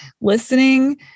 listening